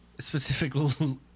Specifically